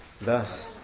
Thus